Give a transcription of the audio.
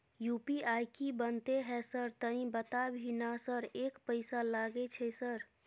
UPI की बनते है सर तनी बता भी ना सर एक पैसा लागे छै सर?